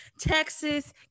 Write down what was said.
texas